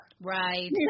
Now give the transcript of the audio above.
Right